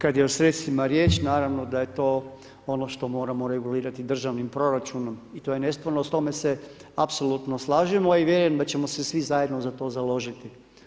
Kad je o sredstvima riječ, naravno da je to ono što moramo regulirati državnim proračunom i to je nesporno, s time se apsolutno slažemo i vjerujem da ćemo se svi zajedno za to založiti.